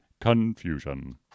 confusion